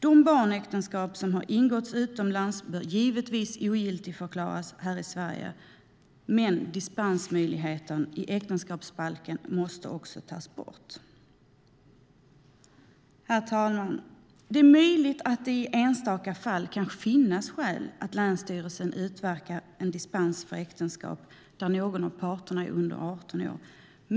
De barnäktenskap som har ingåtts utomlands bör givetvis ogiltigförklaras här i Sverige. Men dispensmöjligheten i äktenskapsbalken måste också tas bort. Herr talman! Det är möjligt att det i enstaka fall kan finnas skäl för länsstyrelsen att utverka en dispens för äktenskap där någon av parterna är under 18 år.